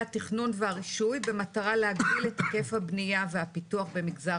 התכנון והרישוי במטרה להגדיל את היקף הבניה והפיתוח במגזר